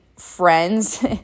friends